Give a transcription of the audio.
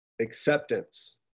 Acceptance